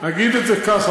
אני אגיד את זה ככה,